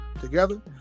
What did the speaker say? Together